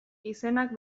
izenak